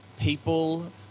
people